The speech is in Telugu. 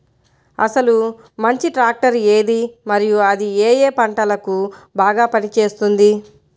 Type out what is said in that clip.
అసలు మంచి ట్రాక్టర్ ఏది మరియు అది ఏ ఏ పంటలకు బాగా పని చేస్తుంది?